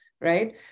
right